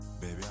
Baby